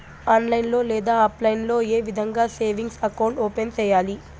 online లో లేదా offline లో ఏ విధంగా సేవింగ్ అకౌంట్ ఓపెన్ సేయాలి